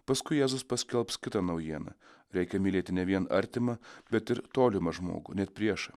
paskui jėzus paskelbs kitą naujieną reikia mylėti ne vien artimą bet ir tolimą žmogų net priešą